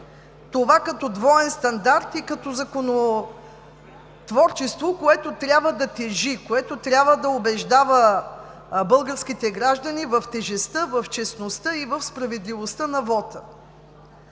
това като двоен стандарт, и като законотворчество, което трябва да тежи, което трябва да убеждава българските граждани в тежестта, в честността и в справедливостта на вота.